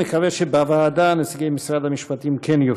נקווה שבוועדה נציגי משרד המשפטים יופיעו.